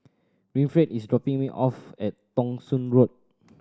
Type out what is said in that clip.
Winfred is dropping me off at Thong Soon Road